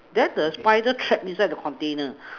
then the spider trap inside the container